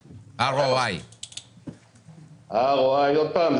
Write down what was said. ROI. ה-ROI עוד פעם,